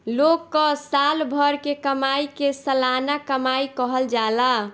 लोग कअ साल भर के कमाई के सलाना कमाई कहल जाला